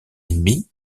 ennemies